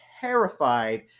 terrified